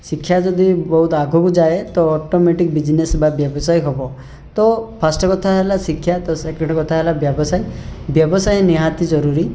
ଶିକ୍ଷା ଯଦି ବହୁତ ଆଗକୁ ଯାଏ ତ ଅଟୋମେଟିକ୍ ବିଜନେସ୍ ବା ବ୍ୟବସାୟ ହବ ତ ଫାଷ୍ଟ୍ କଥା ହେଲା ଶିକ୍ଷା ତ ସେକେଣ୍ଡ୍ କଥା ହେଲା ବ୍ୟବସାୟ ବ୍ୟବସାୟ ନିହାତି ଜରୁରୀ